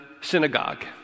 synagogue